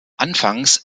anfangs